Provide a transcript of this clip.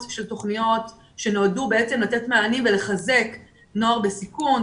של תוכניות שנולדו לתת מענים ולחזק נוער בסיכון,